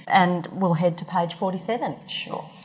and we'll head to page forty seven. sure.